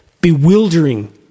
bewildering